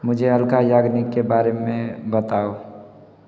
मुझे अल्का यागनिक के बारे में बताओ